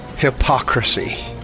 Hypocrisy